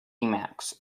emacs